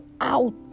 out